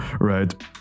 right